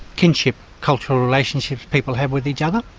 kinship, cultural relationships people have with each other.